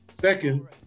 Second